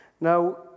Now